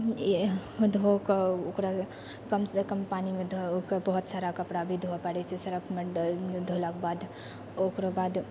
धोकऽ ओकरा कमसँ कम पानीमे धोककऽ बहुत सारा कपड़ा भी धोअऽ पड़ै छै सर्फमे धोलाके बाद ओकरो बाद